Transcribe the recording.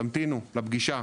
תמתינו לפגישה,